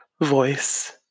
voice